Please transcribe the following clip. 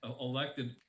elected